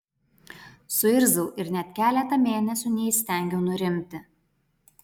suirzau ir net keletą mėnesių neįstengiau nurimti